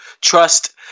trust